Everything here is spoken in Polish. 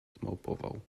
zmałpował